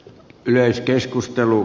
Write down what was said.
yleiskeskustelu